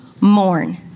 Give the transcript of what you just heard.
mourn